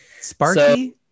Sparky